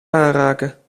aanraken